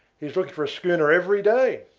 he is looking for a schooner every day.